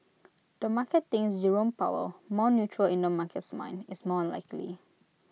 the market thinks Jerome powell more neutral in the market's mind is more likely